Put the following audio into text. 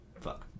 Fuck